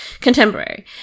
Contemporary